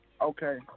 Okay